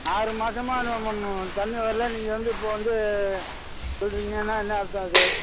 ஆறு மாதமா தண்ணி வரல நீங்கள் வந்து இப்போ வந்து சொல்கிறீங்கன்னா என்ன அர்த்தம் அது